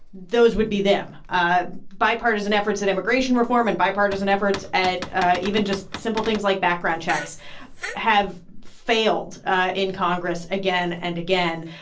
those would be them. ah bipartisan efforts at immigration reform and bipartisan efforts at even just simple things like background checks have failed in congress again and again.